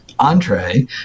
entree